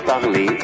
parler